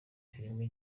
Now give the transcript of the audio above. filime